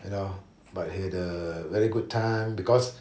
you know but he had a very good time because